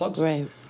Right